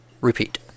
repeat